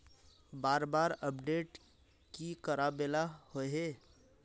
बार बार अपडेट की कराबेला होय है?